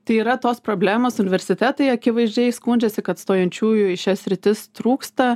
tai yra tos problemos universitetai akivaizdžiai skundžiasi kad stojančiųjų į šias sritis trūksta